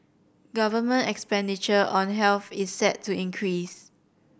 government expenditure on health is set to increase